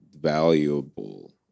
valuable